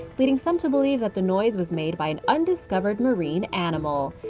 leading some to believe that the noise was made by an undiscovered marine animal.